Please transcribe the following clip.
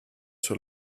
sur